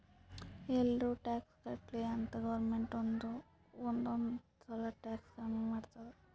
ಎಲ್ಲಾರೂ ಟ್ಯಾಕ್ಸ್ ಕಟ್ಲಿ ಅಂತ್ ಗೌರ್ಮೆಂಟ್ ಒಂದ್ ಒಂದ್ ಸಲಾ ಟ್ಯಾಕ್ಸ್ ಕಮ್ಮಿ ಮಾಡ್ತುದ್